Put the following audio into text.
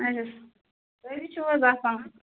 آچھا سٲری چھُو حظ آسان